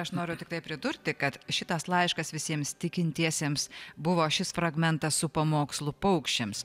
aš noriu tiktai pridurti kad šitas laiškas visiems tikintiesiems buvo šis fragmentas su pamokslu paukščiams